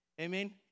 Amen